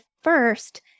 first